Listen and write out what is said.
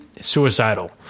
suicidal